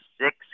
six